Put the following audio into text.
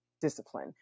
Discipline